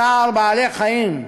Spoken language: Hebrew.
צער בעלי-חיים,